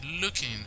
looking